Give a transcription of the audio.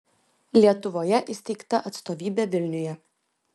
lietuvoje įsteigta atstovybė vilniuje